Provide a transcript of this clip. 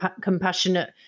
compassionate